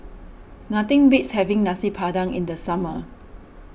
nothing beats having Nasi Padang in the summer